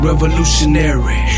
Revolutionary